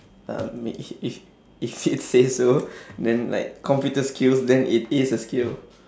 um if if if it says so then like computer skills then it is a skill